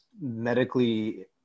medically